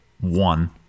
one